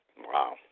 Wow